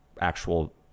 actual